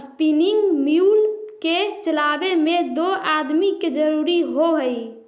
spinning mule के चलावे में दो आदमी के जरुरी होवऽ हई